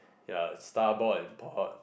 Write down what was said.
ya starboard and board